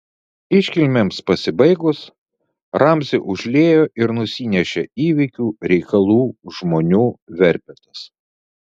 iškilmėms pasibaigus ramzį užliejo ir nusinešė įvykių reikalų žmonių verpetas